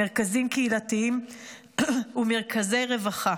מרכזים קהילתיים ומרכזי רווחה,